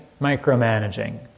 Micromanaging